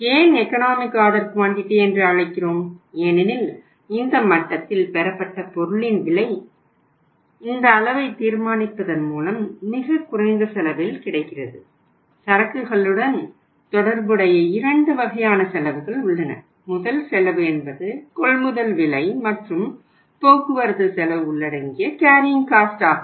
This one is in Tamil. ஏன் எகனாமிக் ஆர்டர் குவான்டிட்டி ஆகும்